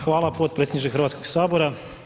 Hvala potpredsjedniče Hrvatskog sabora.